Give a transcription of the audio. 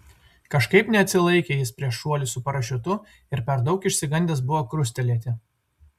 kažkaip neatsilaikė jis prieš šuolį su parašiutu ir per daug išsigandęs buvo krustelėti